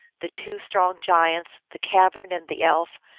the two strong giants, the cavern and the elf,